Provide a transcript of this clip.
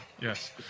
yes